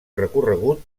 recorregut